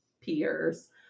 peers